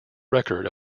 record